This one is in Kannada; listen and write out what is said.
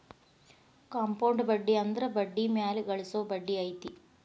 ಕಾಂಪೌಂಡ್ ಬಡ್ಡಿ ಅಂದ್ರ ಬಡ್ಡಿ ಮ್ಯಾಲೆ ಗಳಿಸೊ ಬಡ್ಡಿ ಐತಿ